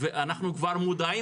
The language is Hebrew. אנחנו כבר מודעים,